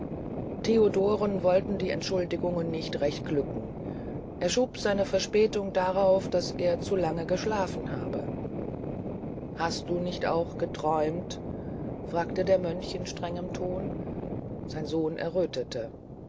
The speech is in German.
theodoren wolten die entschuldigungen nicht recht glücken er schob seine verspätung darauf daß er zu lange geschlafen habe hast du nicht auch geträumt fragte der mönch mit strengem ton sein sohn